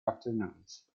afternoons